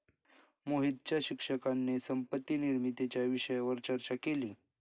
मोहितच्या शिक्षकाने संपत्ती निर्मितीच्या विषयावर चर्चा केली